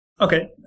Okay